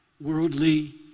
worldly